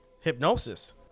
hypnosis